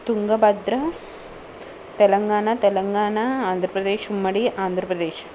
తుంగభద్ర తెలంగాణ తెలంగాణ ఆంధ్రప్రదేశ్ ఉమ్మడి ఆంధ్రప్రదేశ్